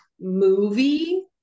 movie